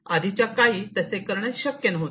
आधीच्या काळी तसे करणे शक्य नव्हते